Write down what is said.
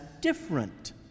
different